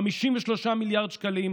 53 מיליארד שקלים,